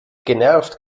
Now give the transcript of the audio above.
genervt